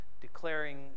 declaring